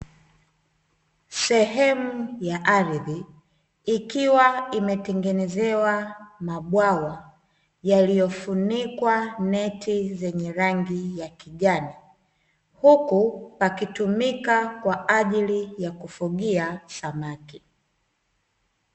Sehemu ya ardhi, ikiwa imetengenezewa mabwawa yaliyofunikwa neti zenye rangi ya kijani, huku pakitumika kwa ajili ya kufugia samaki.